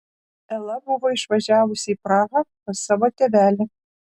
ela buvo išvažiavusi į prahą pas savo tėvelį